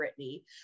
Britney